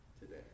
today